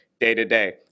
day-to-day